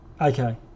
Okay